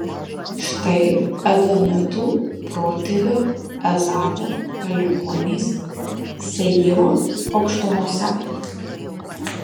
štai edomitų protėvio ezavo palikuonys seyro aukštumose